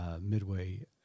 midway